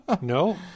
no